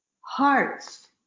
Hearts